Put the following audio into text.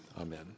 Amen